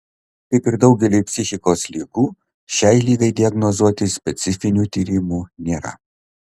kaip ir daugeliui psichikos ligų šiai ligai diagnozuoti specifinių tyrimų nėra